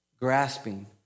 grasping